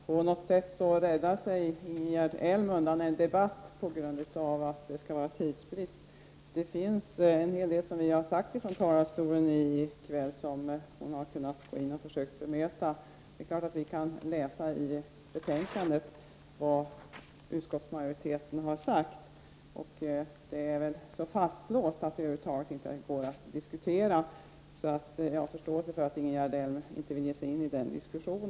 Herr talman! Ingegerd Elm räddar sig på grund av tidsbrist undan från en debatt. Hon hade kunnat kommentera en hel del av det som vi har sagt från denna talarstol här i kväll. Självfallet kan vi läsa i betänkandet vad utskottsmajoriteten har sagt, och positionerna är väl så fastlåsta att de över huvud taget inte går att diskutera. Jag förstår därför att Ingegerd Elm inte vill ge sig in i någon diskussion.